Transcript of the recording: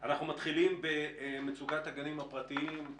נתחיל לדון במצוקת הגנים הפרטיים.